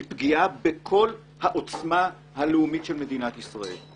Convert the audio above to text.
היא פגיעה בעוצמה הלאומית של מדינת ישראל.